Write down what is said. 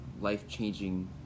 life-changing